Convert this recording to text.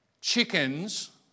chickens